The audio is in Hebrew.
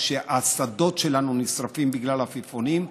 כשהשדות שלנו נשרפים בגלל עפיפונים,